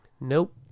Nope